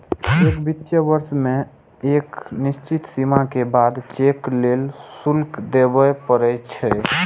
एक वित्तीय वर्ष मे एक निश्चित सीमा के बाद चेक लेल शुल्क देबय पड़ै छै